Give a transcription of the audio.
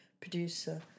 producer